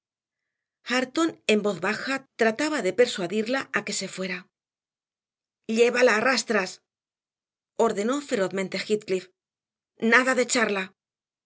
hareton en voz baja trataba de persuadirla a que se fuera llévala a rastras ordenó ferozmente heathcliff nada de charla